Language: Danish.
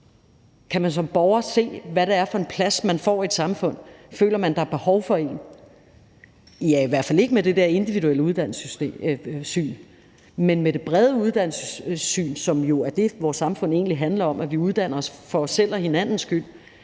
Kan man som borger se, hvad det er for en plads, man får i et samfund? Føler man, at der er behov for en? I hvert fald ikke med det der individuelle uddannelsessyn. Men med det brede uddannelsessyn, som jo er det, vores samfund egentlig handler om, altså at vi uddanner os for vores egen og hinandens skyld,